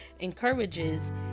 encourages